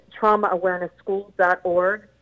traumaawarenessschools.org